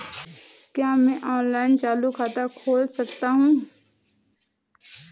क्या मैं ऑनलाइन चालू खाता खोल सकता हूँ?